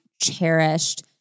cherished